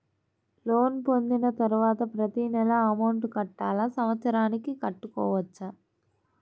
Loan పొందిన తరువాత ప్రతి నెల అమౌంట్ కట్టాలా? సంవత్సరానికి కట్టుకోవచ్చా?